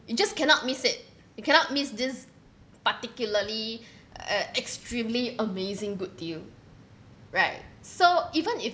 you just cannot miss it you cannot miss this particularly uh extremely amazing good deal right so even if